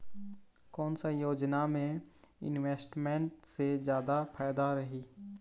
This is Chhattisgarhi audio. कोन सा योजना मे इन्वेस्टमेंट से जादा फायदा रही?